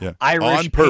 Irish